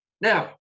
Now